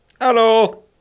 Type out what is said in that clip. Hello